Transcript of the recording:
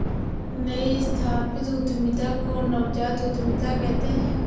नई स्थापित उद्यमिता को नवजात उद्दमिता कहते हैं